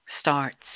starts